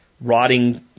Rotting